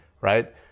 right